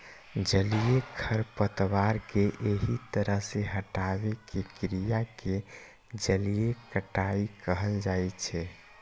जलीय खरपतवार कें एहि तरह सं हटाबै के क्रिया कें जलीय कटाइ कहल जाइ छै